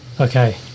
Okay